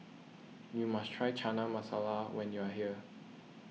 you must try Chana Masala when you are here